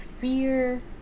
fear